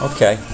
Okay